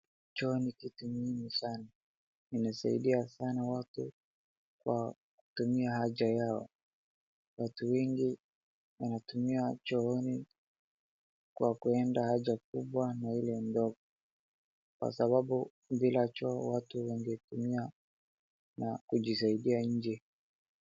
Choo ni kitu muhimu sana. Imesaidia sana watu kwa kutumia haja yao. Watu wengi wanatumia chooni kwa kuenda haja kubwa na ile ndogo kwa sababu bila choo watu wangetumia na kujisaidia nje.